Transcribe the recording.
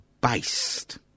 based